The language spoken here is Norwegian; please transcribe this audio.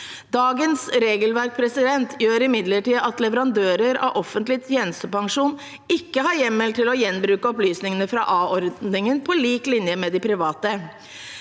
Dagens regelverk gjør imidlertid at leverandører av offentlig tjenestepensjon ikke har hjemmel til å gjenbruke opplysningene fra a-ordningen på lik linje med de private.